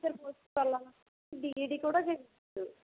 teacher పోస్ట్కి వెళ్ళాలనుకుంటే B Ed కూడా చెయ్యచ్చు